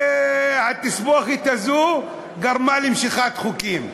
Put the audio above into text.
התסבוכת הזו גרמה למשיכת חוקים.